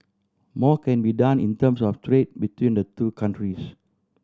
more can be done in terms of trade between the two countries